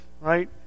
right